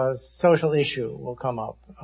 ah social issue will come out.